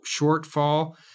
shortfall